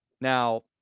Now